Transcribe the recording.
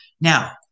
Now